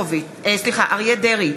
אינו נוכח אריה דרעי,